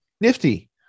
Nifty